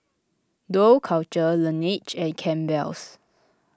Dough Culture Laneige and Campbell's